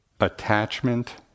attachment